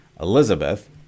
Elizabeth